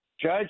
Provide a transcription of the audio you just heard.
Judge